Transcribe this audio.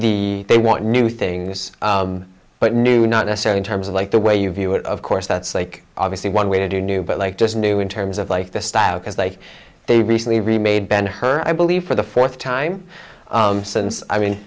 be they want new things but new not necessary in terms of like the way you view it of course that's like obviously one way to do new but like just new in terms of like the style because like they've recently remade ben hur i believe for the fourth time since i mean